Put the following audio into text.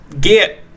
Get